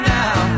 now